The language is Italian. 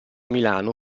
milano